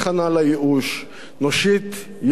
נושיט יד איש לרעהו,